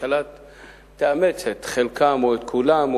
הממשלה תאמץ את חלקן או את כולן,